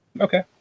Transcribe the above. Okay